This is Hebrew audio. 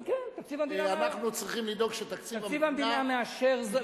כן, תקציב המדינה מאפשר זאת.